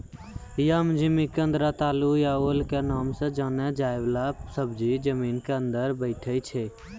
यम, जिमिकंद, रतालू या ओल के नाम सॅ जाने जाय वाला सब्जी जमीन के अंदर बैठै छै